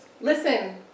Listen